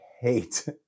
hate